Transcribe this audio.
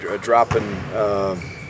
dropping